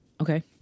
Okay